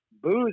booze